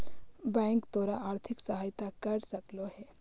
bank तोर आर्थिक सहायता कर सकलो हे